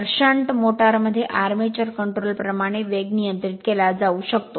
तर shunt motor मध्ये armature control प्रमाणे वेग नियंत्रित केला जाऊ शकतो